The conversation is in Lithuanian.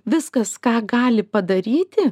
viskas ką gali padaryti